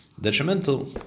detrimental